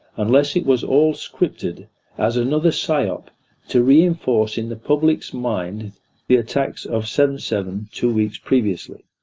unless it was all scripted as another psy-op to reinforce in the public's mind the attacks of seven seven, two weeks previously.